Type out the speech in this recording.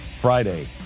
Friday